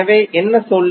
எனவே என்ன சொல்